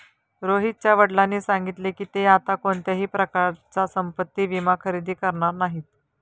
रोहितच्या वडिलांनी सांगितले की, ते आता कोणत्याही प्रकारचा संपत्ति विमा खरेदी करणार नाहीत